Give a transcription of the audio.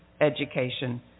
education